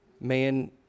Man